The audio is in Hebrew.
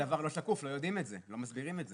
זה דבר שקוף, לא יודעים את זה, לא מסבירים את זה.